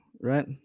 right